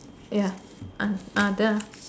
ya uh uh the